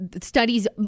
studies